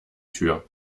tür